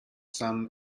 son